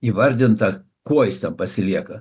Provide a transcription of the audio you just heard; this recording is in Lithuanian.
įvardinta kuo jis ten pasilieka